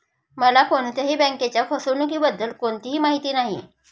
मला कोणत्याही बँकेच्या फसवणुकीबद्दल कोणतीही माहिती नाही